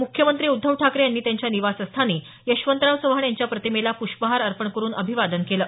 मुख्यमंत्री उद्धव ठाकरे यांनी त्यांच्या निवासस्थानी यशवंतराव चव्हाण यांच्या प्रतिमेला प्ष्पहार अर्पण करुन अभिवादन केलं